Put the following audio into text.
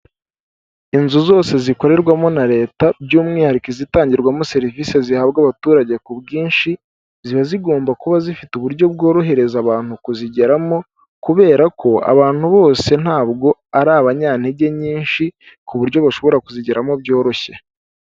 Inzu zose zikorerwamo na leta by'umwihariko izitangirwamo serivisi zihabwa abaturage ku bwinshi, ziba zigomba kuba zifite uburyo bworohereza abantu kuzigeramo kubera ko abantu bose ntabwo ari abanyantege nyinshi ku buryo bashobora kuzigeramo byoroshye.